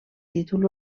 títol